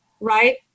right